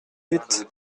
huit